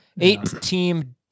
Eight-team